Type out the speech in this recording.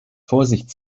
vorsicht